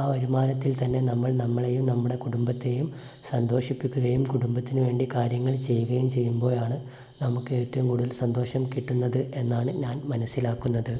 ആ വരുമാനത്തിൽത്തന്നെ നമ്മൾ നമ്മളെയും നമ്മുടെ കുടുംബത്തെയും സന്തോഷിപ്പിക്കുകയും കുടുംബത്തിന് വേണ്ടി കാര്യങ്ങൾ ചെയ്യുകയും ചെയ്യുമ്പോഴാണ് നമുക്കേറ്റവും കൂടുതല് സന്തോഷം കിട്ടുന്നതെന്നാണ് ഞാൻ മനസ്സിലാക്കുന്നത്